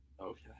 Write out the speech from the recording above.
Okay